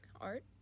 art